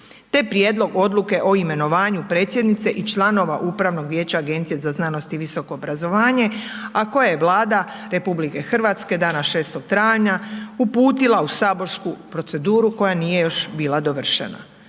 te prijedlog odluke o imenovanju predsjednice i članova Upravnog vijeća Agencije za znanost i visoko obrazovanje, a koje je Vlada RH, dana 6. travnja, uputila u saborsku proceduru, koja nije još bila dovršena.